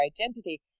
identity